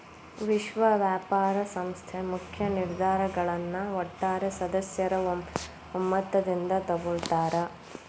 ವಿಶ್ವ ವ್ಯಾಪಾರ ಸಂಸ್ಥೆ ಮುಖ್ಯ ನಿರ್ಧಾರಗಳನ್ನ ಒಟ್ಟಾರೆ ಸದಸ್ಯರ ಒಮ್ಮತದಿಂದ ತೊಗೊಳ್ತಾರಾ